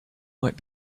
might